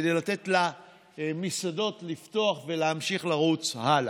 כדי לתת למסעדות לפתוח ולהמשיך לרוץ הלאה.